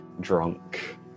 drunk